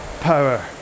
power